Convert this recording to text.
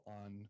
on